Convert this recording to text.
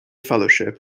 fellowship